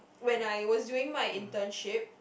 when I was doing my internship